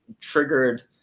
triggered